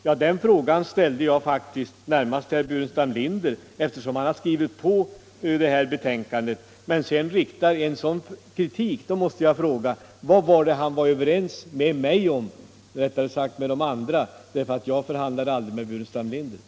Ja, den frågan ställde jag närmast till herr Burenstam Linder, eftersom han skrivit under det framlagda betänkandet men sedan riktar en så stark kritik mot det. Jag frågar alltså: Vad var det herr Burenstam Linder var överens med mig om -— eller rättare med de andra borgerliga utskottsledamöterna om, eftersom jag aldrig förhandlade med herr Burenstam Linder?